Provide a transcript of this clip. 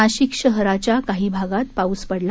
नाशिक शहराच्या काही भागात पाऊस पडला